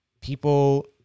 People